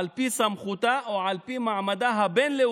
על פי סמכותה או על פי מעמדה הבין-לאומי